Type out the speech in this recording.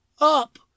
up